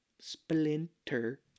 splinter